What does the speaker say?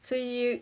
so you